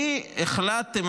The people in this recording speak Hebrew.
כי החלטתם,